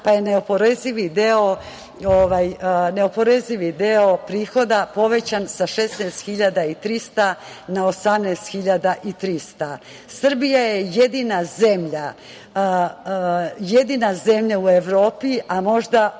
pa je neoporezivi deo prihoda povećan sa 16.300 na 18.300.Srbija je jedina zemlja u Evropi, a možda među